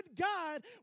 God